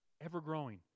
Ever-growing